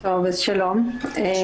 אני גם